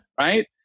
right